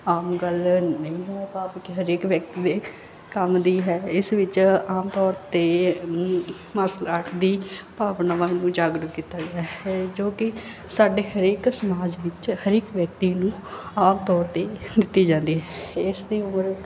ਆਮ ਗੱਲ ਨਹੀਂ ਹੈ ਭਾਵ ਕਿ ਹਰੇਕ ਵਿਅਕਤੀ ਦੇ ਕੰਮ ਦੀ ਹੈ ਇਸ ਵਿੱਚ ਆਮ ਤੌਰ 'ਤੇ ਮਾਰਸ਼ਲ ਆਰਟ ਦੀ ਭਾਵਨਾਵਾਂ ਨੂੰ ਜਾਗਰੂਕ ਕੀਤਾ ਗਿਆ ਹੈ ਜੋ ਕਿ ਸਾਡੇ ਹਰੇਕ ਸਮਾਜ ਵਿੱਚ ਹਰੇਕ ਵਿਅਕਤੀ ਨੂੰ ਆਮ ਤੌਰ 'ਤੇ ਦਿੱਤੀ ਜਾਂਦੀ ਇਸ ਦੀ ਉਮਰ